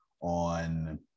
on